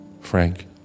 Frank